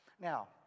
Now